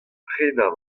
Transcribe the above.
prenañ